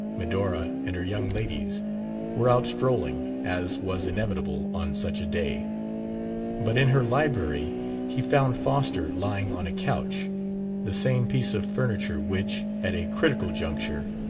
medora and her young ladies were out strolling, as was inevitable on such a day but in her library he found foster lying on a couch the same piece of furniture which, at a critical juncture,